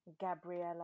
Gabriella